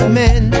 men